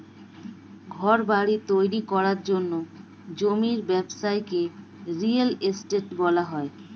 ঘরবাড়ি তৈরি করার জন্য জমির ব্যবসাকে রিয়েল এস্টেট বলা হয়